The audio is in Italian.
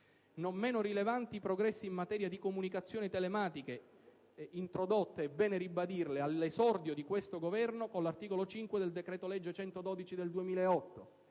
Non meno rilevanti i progressi in materia di comunicazioni telematiche introdotte - è bene ribadirlo - all'esordio di questo Governo con l'articolo 5 del decreto-legge n. 112 del 2008.